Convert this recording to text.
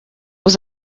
was